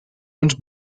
und